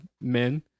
men